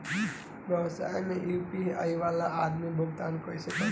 व्यवसाय में यू.पी.आई वाला आदमी भुगतान कइसे करीं?